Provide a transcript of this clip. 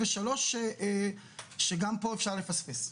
שלישית, שגם פה אפשר לפספס הרבה.